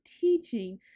teaching